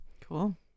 Cool